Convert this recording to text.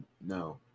No